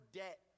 debt